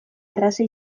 erraza